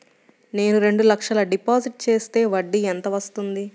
నేను రెండు లక్షల డిపాజిట్ చేస్తే వడ్డీ ఎంత వస్తుంది?